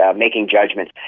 ah making judgements.